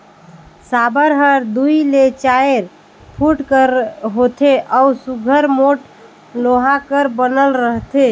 साबर हर दूई ले चाएर फुट कर होथे अउ सुग्घर मोट लोहा कर बनल रहथे